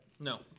No